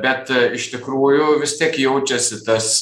bet iš tikrųjų vis tiek jaučiasi tas